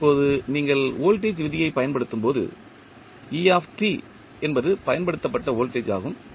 இப்போது நீங்கள் வோல்டேஜ் விதியை பயன்படுத்தும் போது e என்பது பயன்படுத்தப்பட்ட வோல்டேஜ் ஆகும்